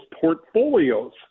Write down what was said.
portfolios